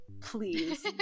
Please